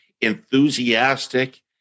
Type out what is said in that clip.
enthusiastic